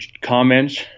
comments